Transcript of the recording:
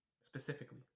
specifically